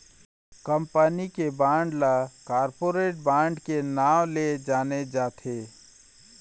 company के bond ल corporate bond के नांव ले जाने जाथे